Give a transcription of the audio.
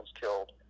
killed